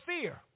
fear